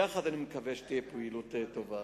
יחד, אני מקווה שתהיה פעילות טובה.